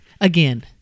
again